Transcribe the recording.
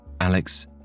Alex